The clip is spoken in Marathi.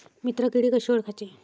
मित्र किडी कशी ओळखाची?